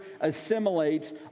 assimilates